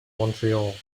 montreal